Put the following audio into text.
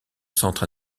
centre